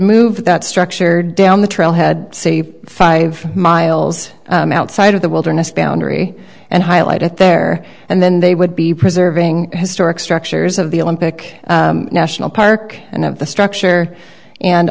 move that structure down the trail had say five miles outside of the wilderness boundary and highlight it there and then they would be preserving historic structures of the olympic national park and of the structure and